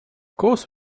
course